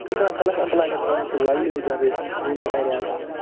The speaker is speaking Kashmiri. یہِ چھِ کَران سیلٕف ایمپُلایمٮ۪نٛٹ پرٛموٹ تہٕ لَاولی ہُڈ جنریٚشن روٗرل ایٚریازن منٛز